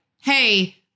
hey